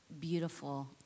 beautiful